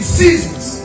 seasons